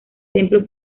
templo